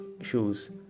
shoes